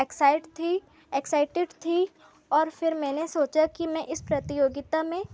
excite थी excited थी और मैंने सोचा कि इस प्रतियोगिता में